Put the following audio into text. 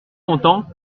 content